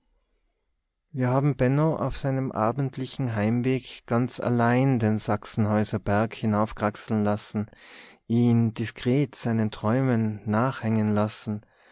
wir haben benno auf seinem abendlichen heimweg ganz allein den sachsenhäuser berg hinaufkraxeln lassen ihn diskret seinen träumen nachhängen lassen